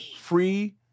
free